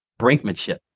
brinkmanship